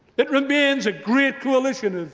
it remains a great coalition,